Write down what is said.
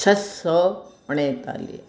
छह सौ उणितालीह